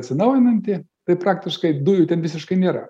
atsinaujinanti tai praktiškai dujų ten visiškai nėra